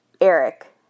Eric